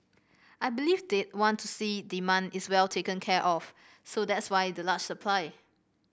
I believe they'd want to see demand is well taken care of so that's why the large supply